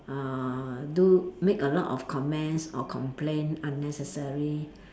uh do make a lot of comments or complain unnecessary